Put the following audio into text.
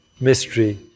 mystery